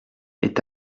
est